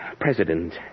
president